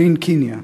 מעין-קניה,